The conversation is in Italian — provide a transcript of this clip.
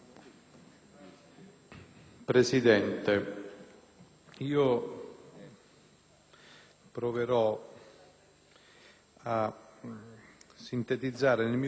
proverò a sintetizzare nel mio intervento tre aspetti, due dei quali apparentemente formali,